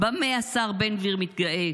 במה השר בן גביר מתגאה?